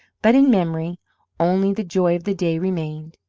but in memory only the joy of the day remained.